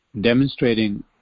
demonstrating